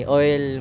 oil